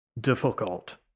difficult